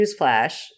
newsflash